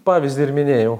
pavyzdį ir minėjau